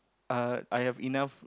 uh I have enough